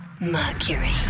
Mercury